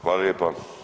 Hvala lijepa.